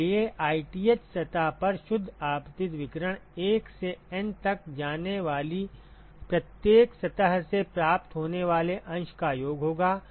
इसलिए ith सतह पर शुद्ध आपतित विकिरण 1 से N तक जाने वाली प्रत्येक सतह से प्राप्त होने वाले अंश का योग होगा